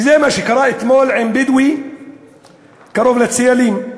וזה מה שקרה אתמול לבדואי קרוב לצאלים,